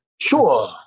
Sure